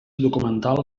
documental